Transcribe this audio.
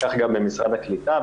כך גם במשרד הקליטה.